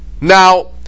Now